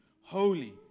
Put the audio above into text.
holy